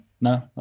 No